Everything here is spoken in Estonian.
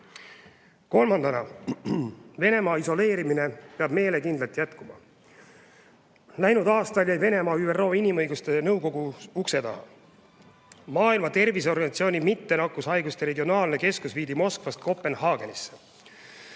Kolmandaks, Venemaa isoleerimine peab meelekindlalt jätkuma. Läinud aastal jäi Venemaa ÜRO Inimõiguste Nõukogu ukse taha. Maailma Terviseorganisatsiooni mittenakkushaiguste regionaalne keskus viidi Moskvast Kopenhaagenisse.